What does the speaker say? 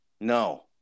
No